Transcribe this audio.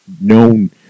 known